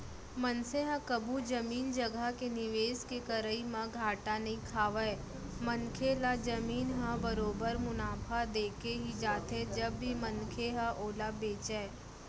मनसे ह कभू जमीन जघा के निवेस के करई म घाटा नइ खावय मनखे ल जमीन ह बरोबर मुनाफा देके ही जाथे जब भी मनखे ह ओला बेंचय